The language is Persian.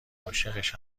عاشقش